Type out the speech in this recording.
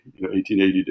1880